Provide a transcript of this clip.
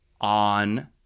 on